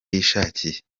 yishakiye